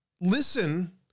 listen